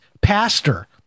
pastor